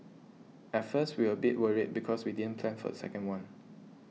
at first we were a bit worried because we didn't plan for the second one